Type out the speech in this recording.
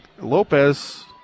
Lopez